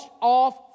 off